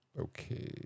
okay